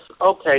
Okay